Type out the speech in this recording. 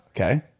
Okay